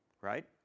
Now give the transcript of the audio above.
right